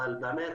אבל באמת